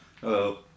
Hello